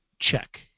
check